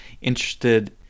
interested